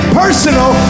personal